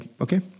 Okay